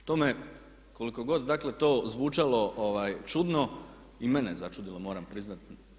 K tome, koliko god dakle to zvučalo čudno, i mene je začudilo, moram priznati.